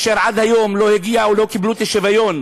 אשר עד היום לא הגיע ולא קיבלו את השוויון,